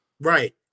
Right